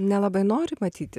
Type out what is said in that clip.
nelabai nori matyti